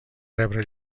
rebre